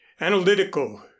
analytical—